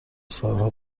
سالها